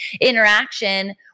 interaction